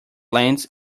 lends